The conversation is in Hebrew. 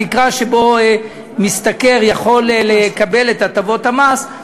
התקרה שבה משתכר יכול לקבל את הטבות המס,